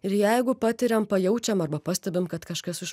ir jeigu patiriam pajaučiam arba pastebim kad kažkas iš